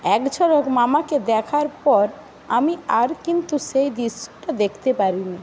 এক ঝলক মামাকে দেখার পর আমি আর কিন্তু সেই দৃশ্যটা দেখতে পারিনি